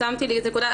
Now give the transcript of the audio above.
שמתי לי נקודה,